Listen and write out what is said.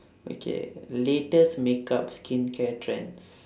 okay latest makeup skincare trends